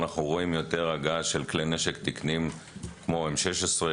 אנחנו רואים יותר הגעה של כלי נשק תקניים כמו אם-16,